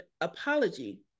apology